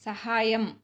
सहायम्